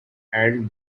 and